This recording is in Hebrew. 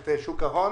יש שוק ההון,